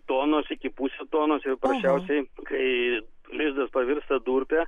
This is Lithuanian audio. tonos iki pusė tonos ir paprasčiausiai kai lizdas pavirsta durpė